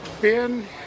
Ben